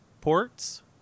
ports